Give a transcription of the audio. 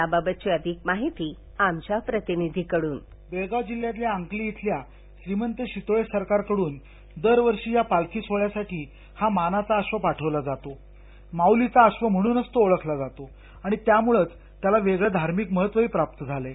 त्याबद्दलची अधिक माहिती आमच्या प्रतिनिधींकड़न बेळगाव जिल्ह्यातल्या अंकली इथल्या श्रीमंत शितोळे सरकारकडून दरवर्षी या पालखी सोहळ्यासाठी हा मानाचा अध्व पाठविला जातो माऊलीचा अध्व म्हणूनच तो ओळखला जातो आणि त्यामुळंच त्याला वेगळं धार्मिक महत्त्वही प्राप्त झालय